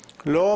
לא.